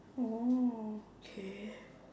oh okay